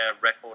record